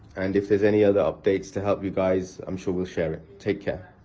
and if there's any other updates to help you guys, i'm sure we'll share it. take care.